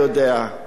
אני יודע,